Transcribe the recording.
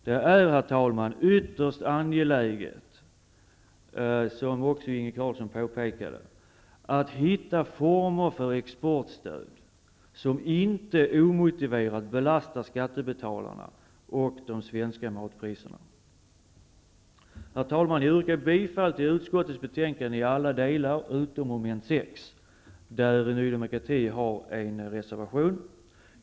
Det är, herr talman, ytterst angeläget, vilket även Inge Carlsson påpekade, att hitta former för exportstöd som inte omotiverat belastar skattebetalarna och de svenska matpriserna. Herr talman! Jag yrkar bifall till hemställan i utskottets betänkande i alla delar utom när det gäller mom. 6, där Ny demokrati har en reservation.